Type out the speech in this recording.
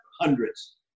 hundreds